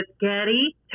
Getty